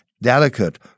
Delicate